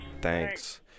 Thanks